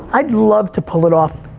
i'd love to pull it off,